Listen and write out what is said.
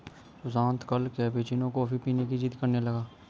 सुशांत कल cappuccino coffee पीने की जिद्द करने लगा